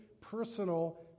personal